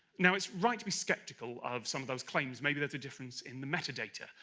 now it's right to be sceptical of some of those claims. maybe there's a difference in the metadata,